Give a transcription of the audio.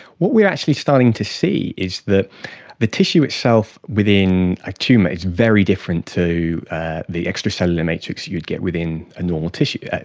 what we are actually starting to see is that the tissue itself within a tumour is very different to the extracellular matrix you'd get within a normal tissue.